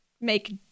Make